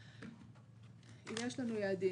כן.